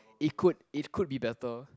it could it could be better